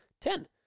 ten